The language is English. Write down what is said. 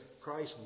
Christ